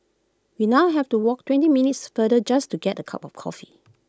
we now have to walk twenty minutes further just to get A cup of coffee